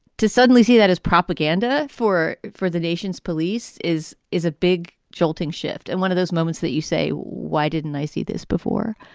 to suddenly see that as propaganda for for the nation's police is is a big jolting shift. and one of those moments that you say, why didn't i see this before?